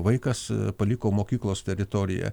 vaikas paliko mokyklos teritoriją